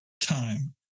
time